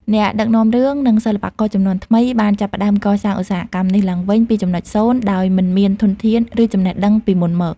អ្នកដឹកនាំរឿង និងសិល្បករជំនាន់ថ្មីបានចាប់ផ្តើមកសាងឧស្សាហកម្មនេះឡើងវិញពីចំណុចសូន្យ ដោយមិនមានធនធាន ឬចំណេះដឹងពីមុនមក។